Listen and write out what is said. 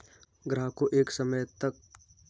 ग्राहक को एक तय समय तक मंथली इंस्टॉल्मेंट देना पड़ता है